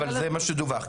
אבל זה מה שדווח.